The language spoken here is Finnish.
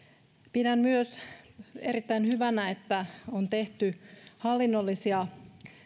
pidän myös erittäin hyvänä että on tehty hallinnollisia